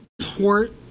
port